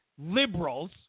liberals